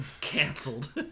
Cancelled